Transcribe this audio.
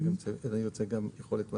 אני רוצה גם יכולת מדעית.